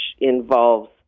involves